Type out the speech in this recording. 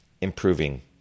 Improving